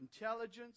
intelligence